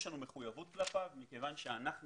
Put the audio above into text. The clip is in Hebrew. יש לנו מחויבות כלפיו מכיוון שאנחנו